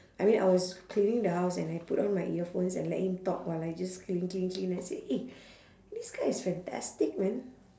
I mean I was cleaning the house and I put on my earphones and let him talk while I just clean clean clean I said eh this guy is fantastic man